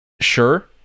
sure